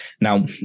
Now